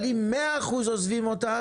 אבל אם 100% עוזבים אותה,